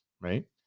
Right